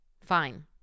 Fine